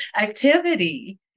activity